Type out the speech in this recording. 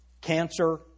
cancer